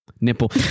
Nipple